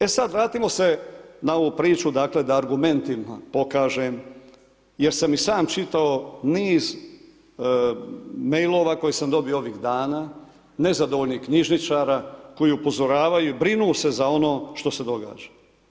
E sad, vratimo se na ovu priču dakle da argumentima pokažem jer sam i sam čitao niz mailova koje sam dobio ovih dana, nezadovoljnih knjižničara koji upozoravaju i brinu se za ono što se događa.